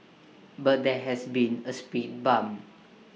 but there has been A speed bump